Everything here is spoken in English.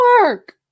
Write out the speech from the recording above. work